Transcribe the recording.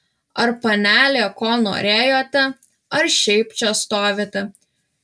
ar panelė ko norėjote ar šiaip čia stovite